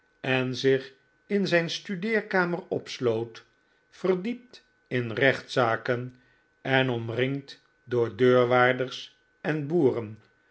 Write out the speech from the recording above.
en zich in zijn studeerkamer opsloot verdiept in rechtszaken en omringd door deurwaarders en boeren